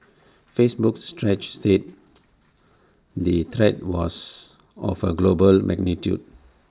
Facebook's stretch said the threat was of A global magnitude